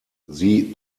sie